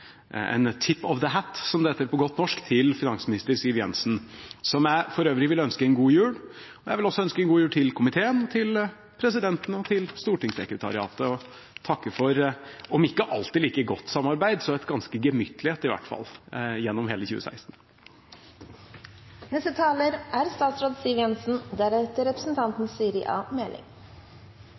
en «tip of the hat» – som det heter på godt norsk – til finansminister Siv Jensen, som jeg for øvrig vil ønske god jul. Jeg vil også ønske god jul til komiteen, til presidenten og til stortingssekretariatet og takke for om ikke alltid like godt samarbeid, så i hvert fall et ganske gemyttlig et, gjennom hele